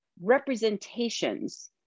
representations